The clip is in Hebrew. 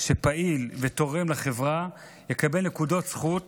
שפעיל ותורם לחברה יקבל נקודות זכות